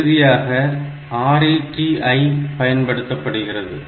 இறுதியாக RETI பயன்படுத்தப்படுகிறது